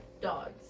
dogs